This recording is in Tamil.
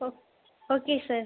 O okay sir